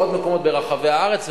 בעוד מקומות ברחבי הארץ,